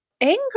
angry